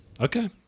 Okay